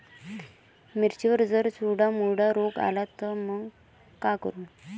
मिर्चीवर जर चुर्डा मुर्डा रोग आला त मंग का करू?